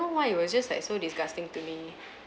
don't know why it was just so disgusting to me